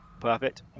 Perfect